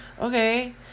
okay